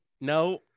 no